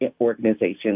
organizations